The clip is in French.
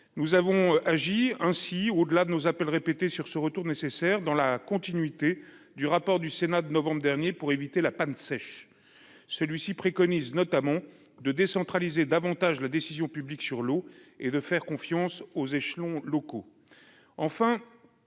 nous avons agi, au-delà de nos appels répétés sur ce retour nécessaire, dans la continuité du rapport du Sénat de novembre dernier intitulé, qui préconise notamment de décentraliser davantage la décision publique sur l'eau et de faire confiance aux échelons locaux.